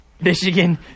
Michigan